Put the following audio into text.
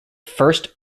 first